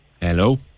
Hello